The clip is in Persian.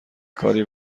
کاری